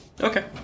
Okay